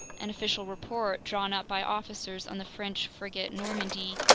an official report drawn up by officers on the french frigate normandy,